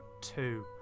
two